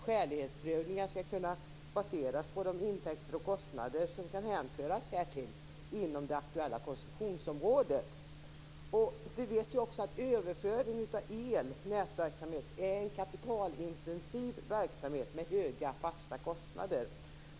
Skälighetsprövningar skall kunna baseras på de intäkter och kostnader som kan hänföras härtill inom det aktuella koncessionsområdet. Vi vet också att överföring av el - nätverksamhet - är en kapitalintensiv verksamhet med höga fasta kostnader.